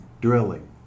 drilling